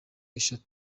eshanu